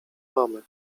mamę